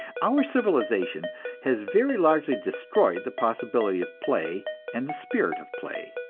our civilization has very largely destroyed the possibility of play and the spirit of play.